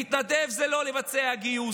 להתנדב זה לא לבצע גיוס,